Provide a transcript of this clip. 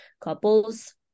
couples